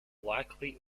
likely